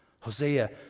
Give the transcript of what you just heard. Hosea